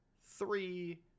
three